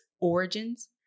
origins